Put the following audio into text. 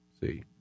See